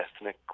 ethnic